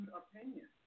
opinion